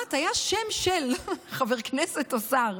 כמעט היה שם של חבר כנסת או שר,